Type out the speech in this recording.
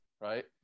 right